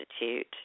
Institute